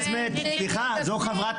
סליחה, זו חברת